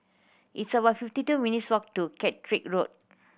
it's about fifty two minutes' walk to Caterick Road